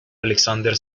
alexander